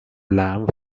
lamp